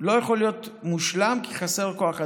לא יכול להיות מושלם כי חסר כוח אדם.